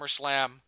SummerSlam